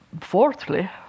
fourthly